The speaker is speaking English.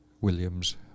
Williams